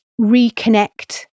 reconnect